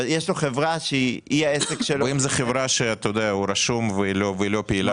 יש לו חברה שהיא העסק שלו --- ואם זה חברה שהוא רשום והיא לא פעילה?